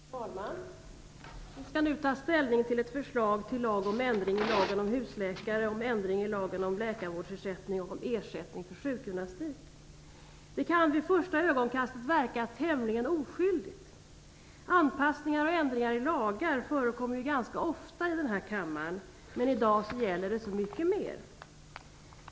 Herr talman! Vi skall nu ta ställning till ett förslag till lag om ändring i lagen om husläkare, lag om ändring i lagen om läkarvårdsersättning och lag om ändring i lagen om ersättning för sjukgymnastik. Vid första ögonkastet kan det verka tämligen oskyldigt. Anpassningar och ändringar i lagar förekommer ju ganska ofta i den här kammaren, men i dag gäller det så mycket mer.